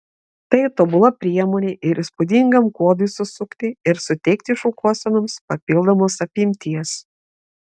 tai tobula priemonė ir įspūdingam kuodui susukti ir suteikti šukuosenoms papildomos apimties